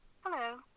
Hello